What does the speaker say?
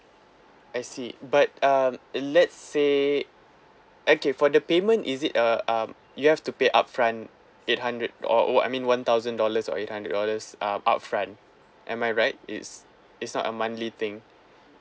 I see but um let say okay for the payment is it uh um you have to pay upfront eight hundred or or I mean one thousand dollars or eight hundred dollars uh upfront am I right it's it's not a monthly thing